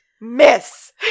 miss